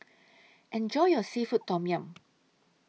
Enjoy your Seafood Tom Yum